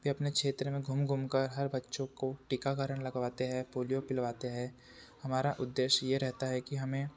वे अपने क्षेत्र में घूम घूम कर हर बच्चों को टीकाकरण लगवाते हैं पोलियो पिलवाते हैं हमारा उद्देश्य ये रहता है कि हमें